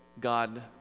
God